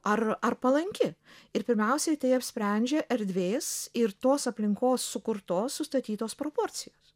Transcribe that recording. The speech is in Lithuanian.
ar ar palanki ir pirmiausiai tai apsprendžia erdvės ir tos aplinkos sukurtos sustatytos proporcijos